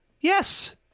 Yes